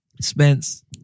Spence